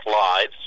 Lives